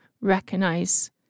recognize